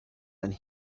and